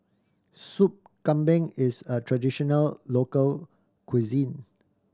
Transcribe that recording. Sop Kambing is a traditional local cuisine